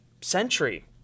century